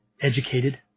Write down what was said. educated